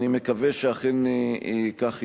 אני מקווה שאכן כך יהיה.